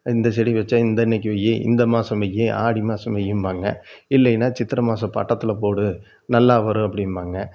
இந்த செடி வைச்சா இந்த அன்றைக்கி வை இந்த மாதம் வை ஆடி மாதம் வையிம்பாங்க இல்லைனா சித்திரை மாதம் பட்டத்தில் போடு நல்லா வரும் அப்படிம்பாங்க